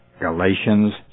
Galatians